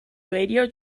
radio